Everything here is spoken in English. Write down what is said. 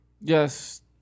Yes